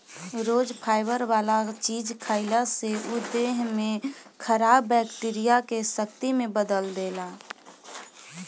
रोज fibre वाला चीज खाए से उ देह में खराब बैक्टीरिया के शक्ति में बदल देला